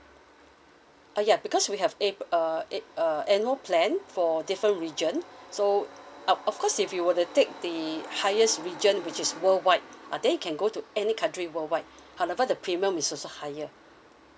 uh ya because we have a~ uh a~ uh annual plan for different region so up of course if you were to take the highest region which is worldwide uh then you can go to any country worldwide however the premium is also higher